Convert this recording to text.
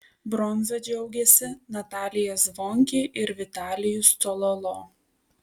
bronza džiaugėsi natalija zvonkė ir vitalijus cololo